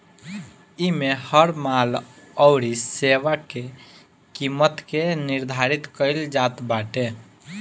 इमे हर माल अउरी सेवा के किमत के निर्धारित कईल जात बाटे